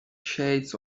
shades